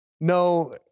No